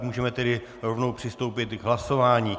Můžeme tedy rovnou přistoupit k hlasování.